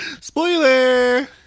Spoiler